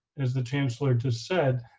as the chancellor just said,